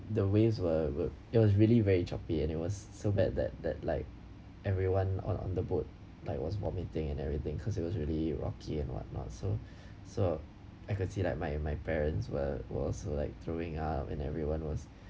the waves were were it was really very choppy and it was so bad that that like everyone on on the boat like was vomiting and everything because it was really rocky and what not so so I could see like my my parents were was like throwing up and everyone was